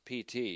PT